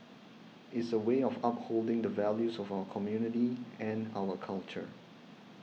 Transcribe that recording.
is a way of upholding the values of our community and our culture